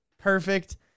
perfect